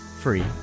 free